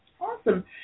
Awesome